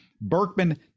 Berkman